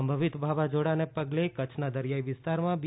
સંભવિત વાવાઝોડાને પગલે કચ્છના દરિયાઇ વિસ્તારમાં બી